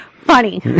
Funny